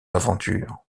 aventures